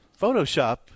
Photoshop